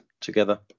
together